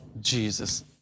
Jesus